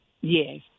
Yes